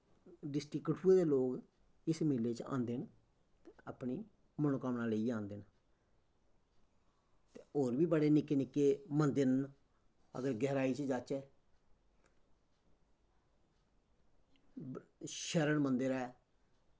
district कठुए दे लोग इस मेले च आंदे न ते अपनी मनोंकामनां लेइयै आंदे न ते होर बी बड़े निक्के निक्के मन्दर न अगर गैह्राई च जाच्चै शर्न मन्दर ऐ